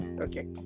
Okay